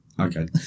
okay